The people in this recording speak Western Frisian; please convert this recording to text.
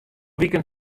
wiken